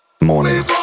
morning